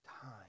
time